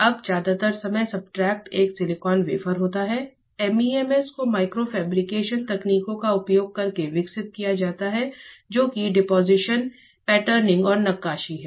अब ज्यादातर समय सब्सट्रेट एक सिलिकॉन वेफर होता है MEMS को माइक्रो फैब्रिकेशन तकनीकों का उपयोग करके विकसित किया जाता है जो कि डिपोजिशन पैटर्निंग और नक़्क़ाशी है